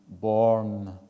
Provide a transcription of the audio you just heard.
born